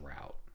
route